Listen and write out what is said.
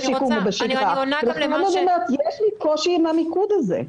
יש לי קושי עם המיקוד הזה.